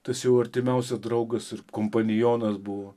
tas jau artimiausias draugas ir kompanionas buvo